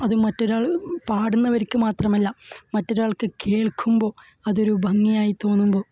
അത് മറ്റൊരാൾ പാടുന്നവര്ക്ക് മാത്രമല്ല മറ്റൊരാള്ക്ക് കേള്ക്കുമ്പോൾ അതൊരു ഭംഗിയായി തോന്നുമ്പോൾ